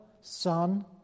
Son